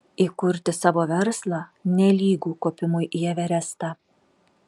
įkurti savo verslą nelygu kopimui į everestą